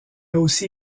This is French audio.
aussi